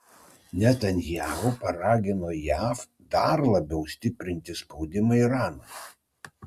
netanyahu paragino jav dar labiau stiprinti spaudimą iranui